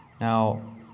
Now